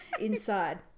inside